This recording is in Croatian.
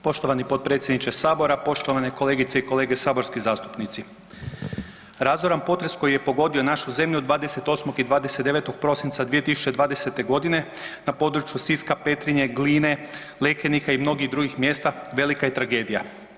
Poštovani potpredsjedniče sabora, poštovane kolegice i kolege saborski zastupnici, razoran potres koji je pogodio našu zemlju 28. i 29. prosinca 2020. godine na području Siska, Petrinje, Gline, Lekenika i mnogih drugih mjesta velika je tragedija.